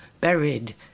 buried